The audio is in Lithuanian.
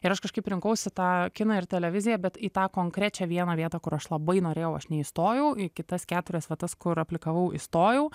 ir aš kažkaip rinkausi tą kiną ir televiziją bet į tą konkrečią vieną vietą kur aš labai norėjau aš neįstojau į kitas keturias vietas kur aplikavau įstojau